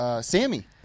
Sammy